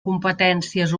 competències